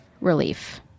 relief